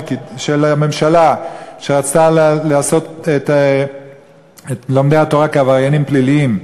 של הממשלה שרצתה לעשות את לומדי התורה כעבריינים פליליים.